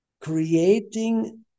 creating